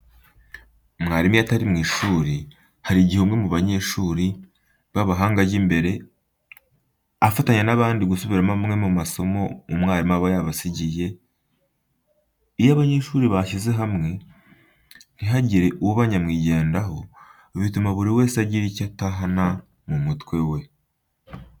Mwarimu iyo atari mu ishuri, hari igihe umwe mu banyeshuri b'abahanga ajya imbere akaba afatanya n'abandi gusubiramo amwe mu masomo umwarimu wabo aba yabasigiye. Iyo abanyeshuri bashyize hamwe ntihagire uba nyamwigendaho, bituma buri wese agira icyo atahana mu mutwe we.